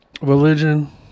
Religion